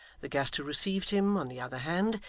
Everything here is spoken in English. the guest who received him, on the other hand,